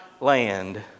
land